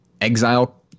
exile